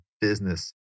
business